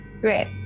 Great